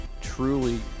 truly